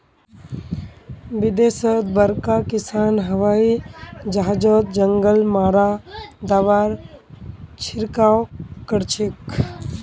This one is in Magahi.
विदेशत बड़का किसान हवाई जहाजओत जंगल मारा दाबार छिड़काव करछेक